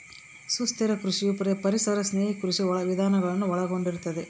ಸುಸ್ಥಿರ ಕೃಷಿಯು ಪರಿಸರ ಸ್ನೇಹಿ ಕೃಷಿ ವಿಧಾನಗಳನ್ನು ಒಳಗೊಂಡಿರುತ್ತದೆ